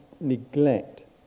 neglect